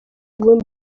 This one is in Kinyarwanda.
bundi